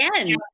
again